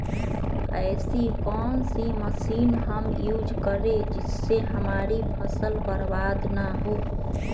ऐसी कौन सी मशीन हम यूज करें जिससे हमारी फसल बर्बाद ना हो?